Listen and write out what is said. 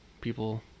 people